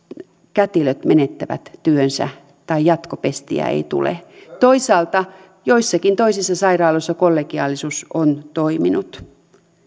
kätilöt menettävät työnsä tai jatkopestiä ei tule toisaalta joissakin toisissa sairaaloissa kollegiaalisuus on toiminut